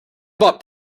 bought